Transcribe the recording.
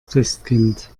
christkind